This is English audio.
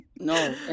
No